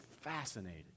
fascinated